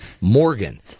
Morgan